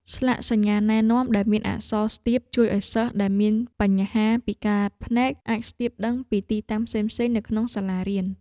ស្លាកសញ្ញាណែនាំដែលមានអក្សរស្ទាបជួយឱ្យសិស្សដែលមានបញ្ហាពិការភ្នែកអាចស្ទាបដឹងពីទីតាំងផ្សេងៗនៅក្នុងសាលារៀន។